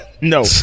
No